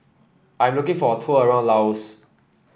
I'm looking for a tour around Laos